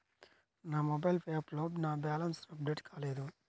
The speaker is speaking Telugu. నా మొబైల్ యాప్లో నా బ్యాలెన్స్ అప్డేట్ కాలేదు